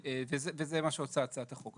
וזה מה שעושה הצעת החוק.